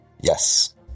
yes